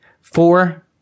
four